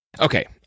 Okay